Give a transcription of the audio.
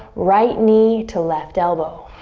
right knee to left elbow.